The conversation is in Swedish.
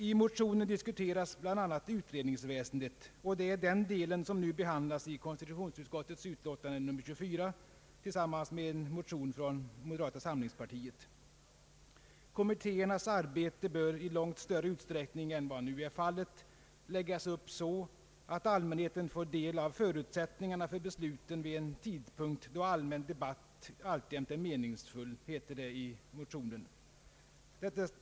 I motionen diskuteras bl.a. utredningsväsendet, och det är den delen som nu behandlas i konstitutionsutskottets utlåtande nr 24 tillsammans med en motion från moderata samlingspartiet. Kommittéernas arbete bör i långt större utsträckning än vad som nu är fallet läggas upp så att allmänheten får del av förutsättningarna för besluten vid en tidpunkt då en allmän debatt alltjämt är meningsfull, heter det i motionen.